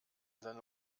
seine